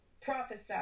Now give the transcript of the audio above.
Prophesy